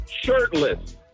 shirtless